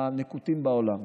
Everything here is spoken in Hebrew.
שרואים,